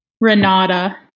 Renata